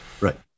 Right